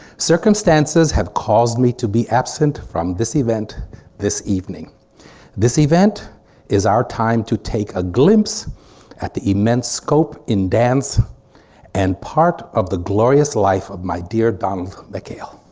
circumstances have caused me to be absent from this event this evening this event is our time to take a glimpse at the immense scope in dance and part of the glorious life of my dear donald mckayle.